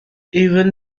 even